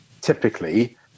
typically